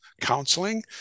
counseling